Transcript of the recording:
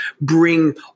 bring